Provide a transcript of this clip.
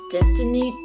Destiny